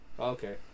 okay